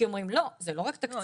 כי אומרים לא, זה לא רק תקציבי.